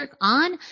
on